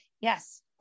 Yes